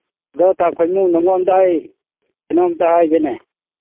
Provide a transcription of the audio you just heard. ꯑꯗꯨ ꯇꯥ ꯈꯣꯏꯃꯨ ꯅꯉꯣꯟꯗ ꯑꯩ ꯀꯩꯅꯣꯝꯇ ꯍꯥꯏꯒꯦꯅꯦ